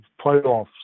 playoffs